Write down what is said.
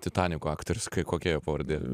titaniko aktorius kai kokia jo pavardė